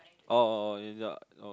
oh oh oh is lanyard oh